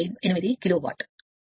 18